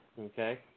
Okay